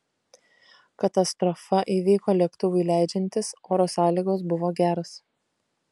katastrofa įvyko lėktuvui leidžiantis oro sąlygos buvo geros